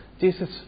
Jesus